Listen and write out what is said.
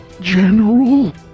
General